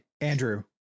Andrew